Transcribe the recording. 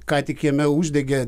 ką tik jame uždegė